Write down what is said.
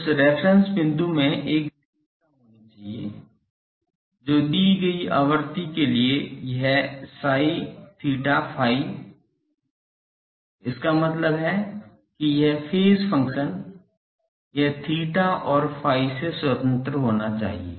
उस रेफ़्रेन्स बिंदु में एक विशेषता होनी चाहिए जो दी गई आवृत्ति के लिए यह psi theta phi इसका मतलब है कि यह फेज फ़ंक्शन यह theta और phi से स्वतंत्र होना चाहिए